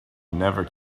never